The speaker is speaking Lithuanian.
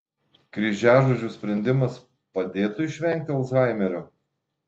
kryžiažodžių sprendimas padėtų išvengti alzhaimerio